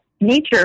nature